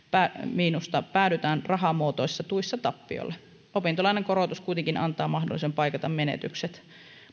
miinusta päädytään rahamuotoisissa tuissa tappiolle opintolainan korotus kuitenkin antaa mahdollisuuden paikata menetykset